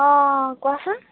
অ' কোৱাচোন